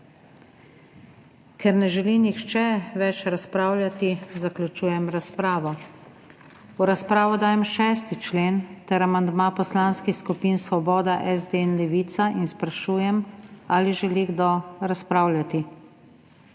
Ker ne želi nihče več razpravljati, zaključujem razpravo. V razpravo dajem 6. člen ter amandma poslanskih skupin Svoboda, SD in Levica in sprašujem, ali želi kdo razpravljati.